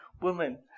Woman